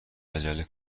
عجله